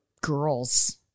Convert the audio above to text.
girls